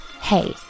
hey